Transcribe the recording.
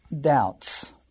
doubts